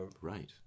Right